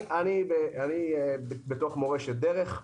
אני בתוך "מורשת דרך".